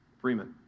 Freeman